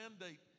mandate